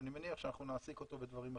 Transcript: אני מניח שאנחנו נעסיק אותו בדברים אחרים.